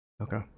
Okay